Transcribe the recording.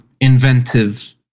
inventive